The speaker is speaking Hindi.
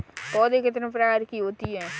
पौध कितने प्रकार की होती हैं?